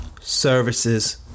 Services